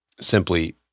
simply